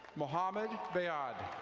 mohammad bayad.